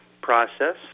process